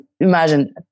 imagine